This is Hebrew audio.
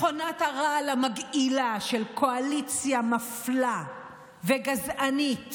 מכונת הרעל המגעילה של קואליציה מפלה וגזענית